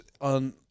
on